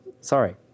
Sorry